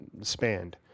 spanned